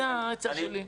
זה ההצעה שלי.